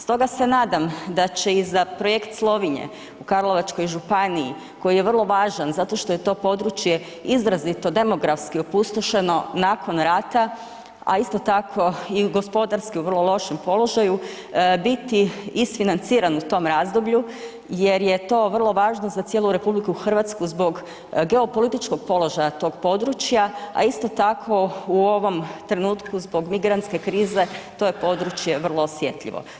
Stoga se nadam da će i za projekt Slovinje u Karlovačkoj županiji koji je vrlo važan zato što je to područje izrazito demografski opustošeno nakon rata, a isto tako i u gospodarski vrlo lošem položaju biti isfinanciran u tom razdoblju jer je to vrlo važno za cijelu RH zbog geopolitičkog položaja tog područja, a isto tako u ovom trenutku zbog migrantske krize to je područje vrlo osjetljivo.